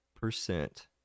percent